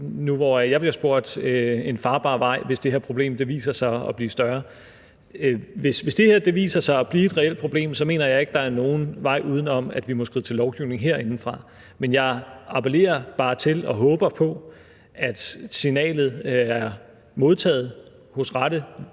når jeg bliver spurgt, en farbar vej, hvis det her problem viser sig at blive større. Hvis det her viser sig at blive et reelt problem, mener jeg ikke, at der er nogen vej udenom, at vi må skride til lovgivning herindefra. Men jeg appellerer bare til og håber på, at signalet er modtaget hos rette